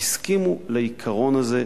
הסכימו לעיקרון הזה,